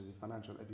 financial